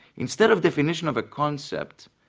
instead of definition of a concept,